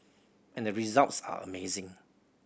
and the results are amazing